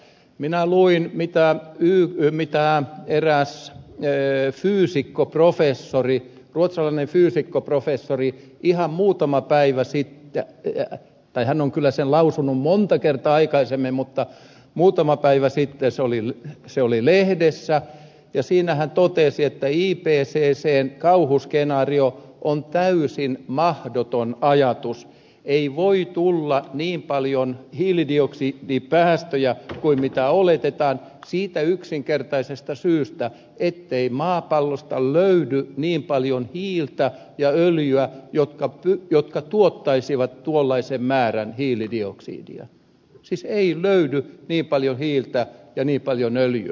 minä luin mitä eräs ruotsalainen fyysikkoprofessori lausui ihan muutama päivä sitten tai hän on kyllä sen lausunut monta kertaa aikaisemmin mutta muutama päivä sitten se oli lehdessä ja siinä hän totesi että ipccn kauhuskenaario on täysin mahdoton ajatus ei voi tulla niin paljon hiilidioksidipäästöjä kuin mitä oletetaan siitä yksinkertaisesta syystä ettei maapallolta löydy niin paljon hiiltä ja öljyä jotka tuottaisivat tuollaisen määrän hiilidioksidia siis ei löydy niin paljon hiiltä ja niin paljon öljyä